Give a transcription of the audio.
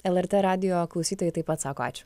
lrt radijo klausytojai taip pat sako ačiū